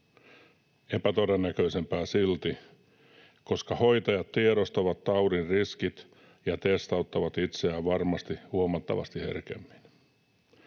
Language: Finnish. epätodennäköisempää silti, koska hoitajat tiedostavat taudin riskit ja testauttavat itseään varmasti huomattavasti herkemmin.